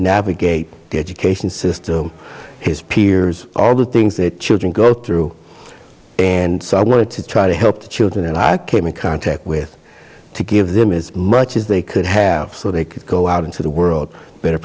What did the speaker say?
navigate the education system his peers all the things that children go through and so i wanted to try to help the children and i came in contact with to give them as much as they could have so they could go out into the world better